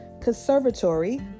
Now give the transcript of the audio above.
conservatory